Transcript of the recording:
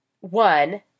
one